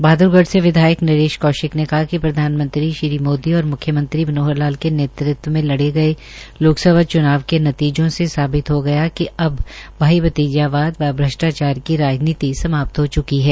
बहादुरगढ़ से विधायक नरेश कौशिक ने कहा कि प्रधानमंत्री श्री नरेंद्र मोदी और मुख्यमंत्री मनोहर लाल के नेतृत्व में लड़े गए लोकसभा चुनाव के नतीजों से साबित हो गया कि अब भाई भंतीजावाद व भ्रष्टाचार की राजनीति समाप्त हो चुकी है